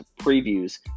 previews